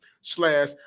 slash